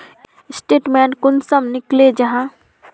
Statement कुंसम निकले जाहा?